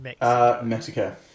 Mexico